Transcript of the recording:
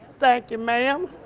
thank you ma'am!